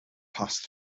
passed